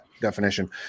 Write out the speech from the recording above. definition